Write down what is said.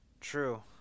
true